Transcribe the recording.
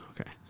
Okay